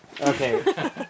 Okay